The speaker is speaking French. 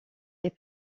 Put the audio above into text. est